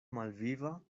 malviva